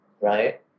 right